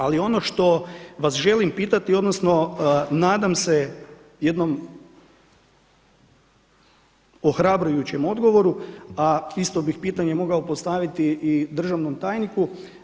Ali ono što vas želim pitati, odnosno nadam se jednom ohrabrujućem odgovoru, a isto bih pitanje mogao postaviti državnom tajniku.